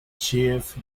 chief